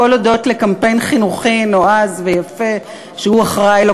הכול הודות לקמפיין חינוכי נועז ויפה שהוא אחראי לו,